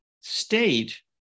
state